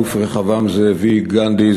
האלוף רחבעם זאבי גנדי,